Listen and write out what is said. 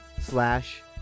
slash